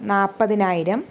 നാപ്പത്തിനായിരം